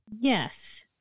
yes